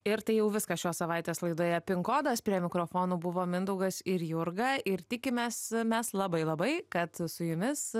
ir tai jau viskas šios savaitės laidoje pin kodas prie mikrofonų buvo mindaugas ir jurga ir tikimės mes labai labai kad su jumis